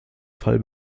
fall